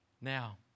Now